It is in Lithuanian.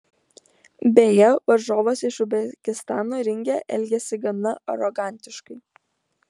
beje varžovas iš uzbekistano ringe elgėsi gana arogantiškai